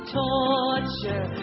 torture